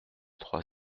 trois